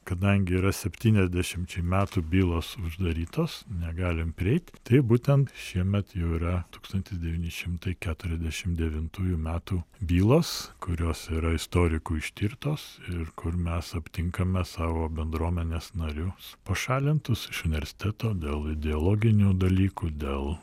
kadangi yra septyniasdešimčiai metų bylos uždarytos negalim prieit tai būtent šiemet jau yra tūkstantis devyni šimtai keturiasdešim devintųjų metų bylos kurios yra istorikų ištirtos ir kur mes aptinkame savo bendruomenės narius pašalintus iš universiteto dėl ideologinių dalykų dėl